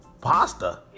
Pasta